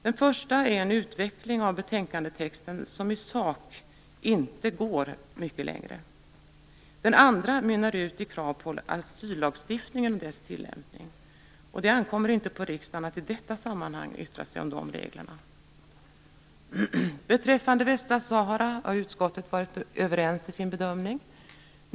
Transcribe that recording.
Den första gäller en utveckling av betänkandetexten som i sak inte går mycket längre. Den andra handlar om asyllagstiftningen och dess tillämpning. Det ankommer inte på riksdagen att i detta sammanhang yttra sig om de reglerna. Beträffande Västra Sahara har utskottet varit överens i sin bedömning.